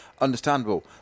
understandable